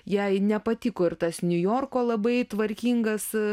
jai nepatiko ir tas niujorko labai tvarkingas